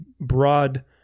broad